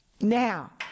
Now